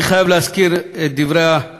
אני חייב להזכיר בדברי את